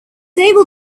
able